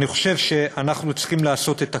אני חושב שאנחנו צריכים לעשות את הכול,